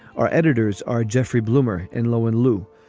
our editors are jeffrey blumer and lo and lou.